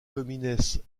comines